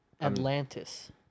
Atlantis